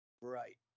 Right